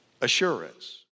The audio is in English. assurance